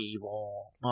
evil